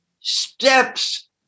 steps